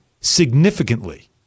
significantly